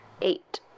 Eight